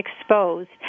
exposed